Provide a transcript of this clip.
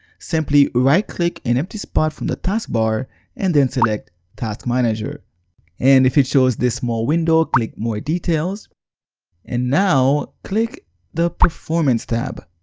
simply right-click an empty spot from the task bar and then select task manager and if it shows this small window, click more details and now click the performance tab.